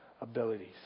abilities